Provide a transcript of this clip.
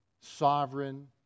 sovereign